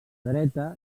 dreta